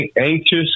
anxious